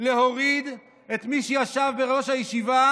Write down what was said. להוריד את מי שישב בראש הישיבה,